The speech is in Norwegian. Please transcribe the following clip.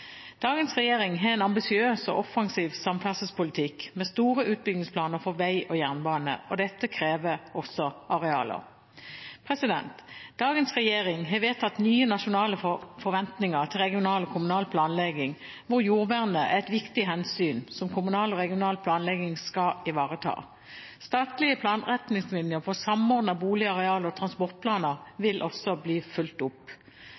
Dagens regjering har en ambisiøs og offensiv samferdselspolitikk med store utbyggingsplaner for vei og jernbane. Dette krever også arealer. Dagens regjering har vedtatt nye nasjonale forventninger til regional og kommunal planlegging, hvor jordvernet er et viktig hensyn som kommunal og regional planlegging skal ivareta. Statlige planretningslinjer for samordnet bolig-, areal- og transportplaner vil også bli fulgt opp.